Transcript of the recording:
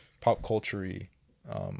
pop-culture-y